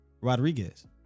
Rodriguez